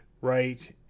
right